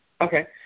Okay